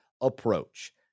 approach